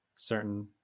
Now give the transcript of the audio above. Certain